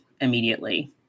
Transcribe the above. immediately